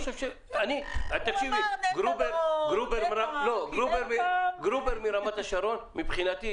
הוא אמר --- גרובר מרמת השרון נגע בנקודה.